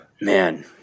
Man